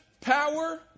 power